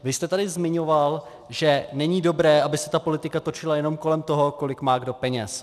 Vy jste tady zmiňoval, že není dobré, aby se ta politika točila jenom kolem toho, kolik má kdo peněz.